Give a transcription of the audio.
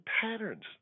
patterns